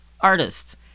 artists